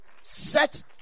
Set